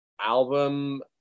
album